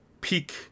peak